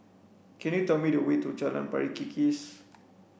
can you tell me the way to Jalan Pari Kikis